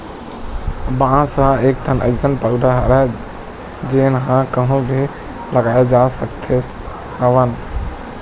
बांस ह एकठन अइसन पउधा हरय जेन ल कहूँ भी लगाए जा सकत हवन